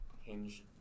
hinge